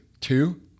two